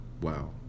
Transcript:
Wow